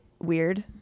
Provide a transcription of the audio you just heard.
weird